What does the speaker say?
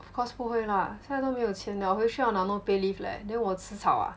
of course 不会 lah 现在都没有钱 liao 回去要拿 no pay leave leh then 我吃草 ah